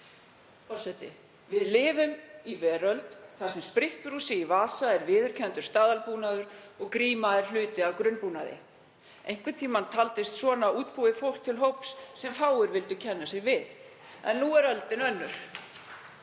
það besta úr stöðunni. Við lifum í veröld þar sem sprittbrúsi í vasa er viðurkenndur staðalbúnaður og gríma er hluti af grunnbúnaði. Einhvern tímann taldist svona útbúið fólk til hóps sem fáir vildu kenna sig við. En nú er öldin önnur.